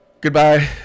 goodbye